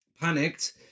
Panicked